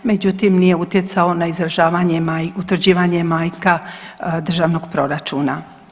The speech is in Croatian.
Međutim, nije utjecao na izražavanje i utvrđivanje manjka državnog proračuna.